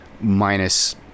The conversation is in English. minus